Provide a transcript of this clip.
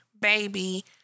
baby